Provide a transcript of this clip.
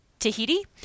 Tahiti